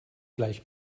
gleich